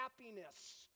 happiness